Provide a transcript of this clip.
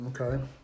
Okay